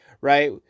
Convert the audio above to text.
right